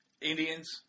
Indians